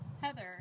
Heather